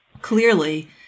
clearly